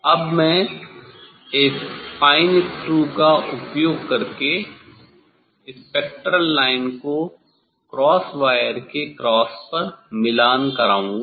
अब मैं इस फाइन स्क्रू का उपयोग करके स्पेक्ट्रल लाइन को क्रॉस वायर के क्रॉस पर मिलान कराऊंगा